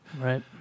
Right